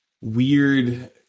weird